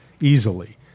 easily